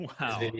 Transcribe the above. Wow